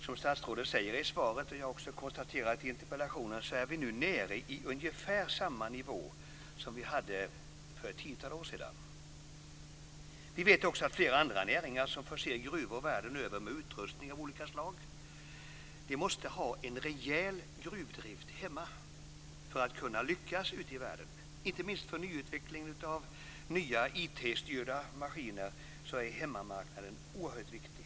Som statsrådet säger i svaret, och som jag också konstaterat i interpellationen, är vi nu nere på ungefär samma nivå som vi hade för ett tiotal år sedan. Vi vet också att flera andra näringar som förser gruvor världen över med utrustning av olika slag måste ha en rejäl gruvdrift hemma för att kunna lyckas ute i världen. Inte minst för nyutvecklingen av nya IT-styrda maskiner är hemmamarknaden oerhört viktig.